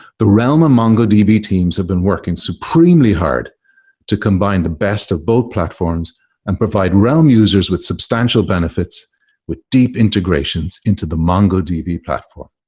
the realm and mongodb teams have been working supremely hard to combine the best of both platforms and provide realm users with substantial benefits with deep integrations into the mongodb platform.